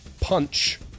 punch